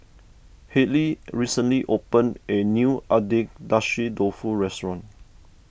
Hadley recently opened a new Agedashi Dofu restaurant